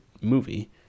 movie